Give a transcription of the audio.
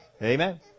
Amen